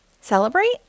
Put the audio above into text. Celebrate